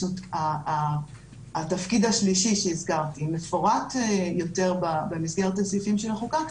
זאת אומרת התפקיד השלישי שהזכרתי מפורט יותר במסגרת הסעיפים של החוקה,